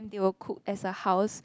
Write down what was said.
they will cook as a house